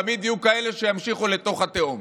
תמיד יהיו כאלה שימשיכו לתוך התהום.